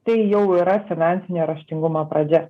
tai jau yra finansinio raštingumo pradžia